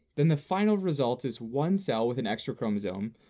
then the final result is one cell with an extra chromosome,